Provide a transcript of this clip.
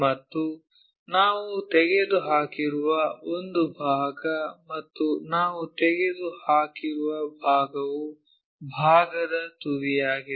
ಮತ್ತು ನಾವು ತೆಗೆದುಹಾಕಿರುವ ಒಂದು ಭಾಗ ಮತ್ತು ನಾವು ತೆಗೆದುಹಾಕಿರುವ ಭಾಗವು ಭಾಗದ ತುದಿಯಾಗಿದೆ